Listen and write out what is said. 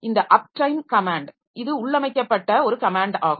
இந்த uptime command ஒரு உள்ளமைக்கப்பட்ட கமேன்ட் ஆகும்